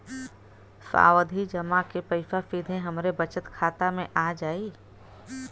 सावधि जमा क पैसा सीधे हमरे बचत खाता मे आ जाई?